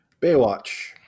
Baywatch